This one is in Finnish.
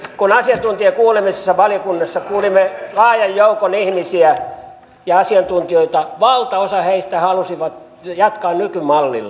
kun asiantuntijakuulemisissa valiokunnassa kuulimme laajan joukon ihmisiä ja asiantuntijoita valtaosa heistä halusi jatkaa nykymallilla